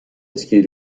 اسکی